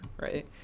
Right